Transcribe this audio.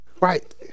right